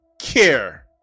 care